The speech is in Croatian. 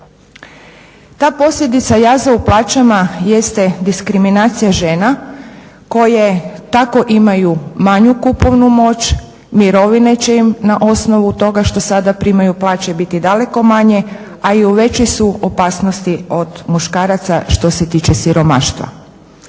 Ta posljedica jaza u plaćama jeste diskriminacija žena koje tako imaju manju kupovnu moć, mirovine će im na osnovu toga što sada primaju plaće biti daleko manje, a i u većoj su opasnosti od muškaraca što se tiče siromaštva.